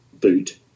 boot